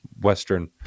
Western